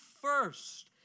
first